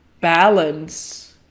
balance